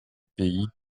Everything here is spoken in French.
pays